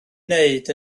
wneud